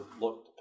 look